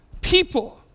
people